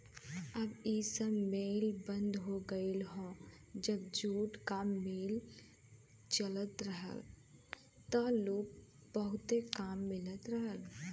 अब इ सब मिल बंद हो गयल हौ जब जूट क मिल चलत रहल त लोग के बहुते काम मिलत रहल